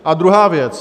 A druhá věc.